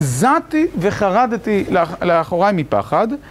זעתי וחרדתי לאחוריי מפחד.